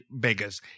beggars